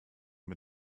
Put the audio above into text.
mit